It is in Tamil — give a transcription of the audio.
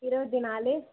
இருபத்தி நாலு